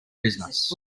business